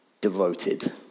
devoted